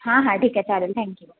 हां हां ठीक आहे चालेल थँक्यू